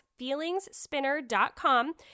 FeelingsSpinner.com